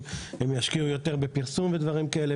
וכך ישקיעו יותר בפרסום ודברים כאלה.